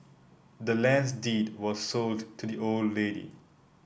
the land's deed was sold to the old lady